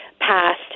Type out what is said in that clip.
passed